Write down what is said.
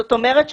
זאת אומרת,